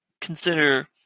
consider